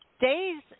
Days